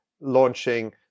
launching